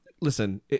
listen